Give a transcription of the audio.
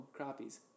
Crappies